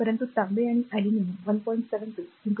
परंतु तांबे आणि अॅल्युमिनियम 1